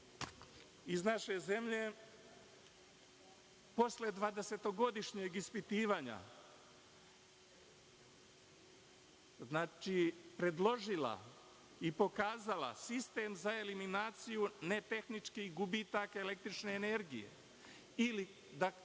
iz naše zemlje posle dvadesetogodišnjeg ispitivanja predložila i pokazala sistem za eliminaciju netehničkih gubitaka električne energije ili, da